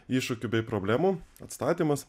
iššūkių bei problemų atstatymas